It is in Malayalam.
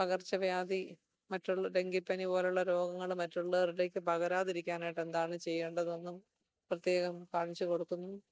പകർച്ചവ്യാധി മറ്റുള്ള ഡെങ്കിപ്പനി പോലെയുള്ള രോഗങ്ങൾ മറ്റുള്ളവരിലേക്ക് പകരാതിരിക്കാനായിട്ട് എന്താണ് ചെയ്യേണ്ടതെന്നും പ്രത്യേകം ഭാഗിച്ചു കൊടുക്കുന്നു